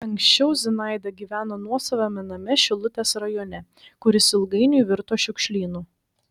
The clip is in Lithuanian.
anksčiau zinaida gyveno nuosavame name šilutės rajone kuris ilgainiui virto šiukšlynu